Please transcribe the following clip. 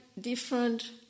different